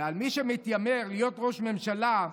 ועל מי שמתיימר להיות ראש ממשלה: